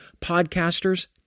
podcasters